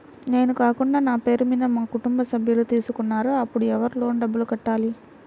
నేను కాకుండా నా పేరు మీద మా కుటుంబ సభ్యులు తీసుకున్నారు అప్పుడు ఎవరు లోన్ డబ్బులు కట్టాలి?